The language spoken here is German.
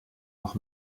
noch